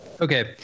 Okay